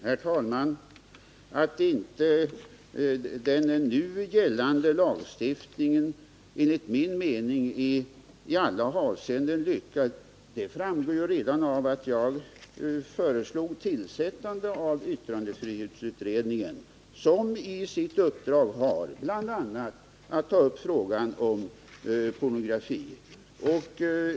Herr talman! Att inte den nu gällande lagstiftningen enligt min mening är i alla avseenden lyckad framgår redan av att jag föreslog tillsättandet av yttrandefrihetsutredningen, som i sitt uppdrag har bl.a. att ta upp frågan om pornografi.